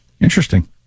Interesting